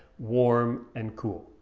warm and cool.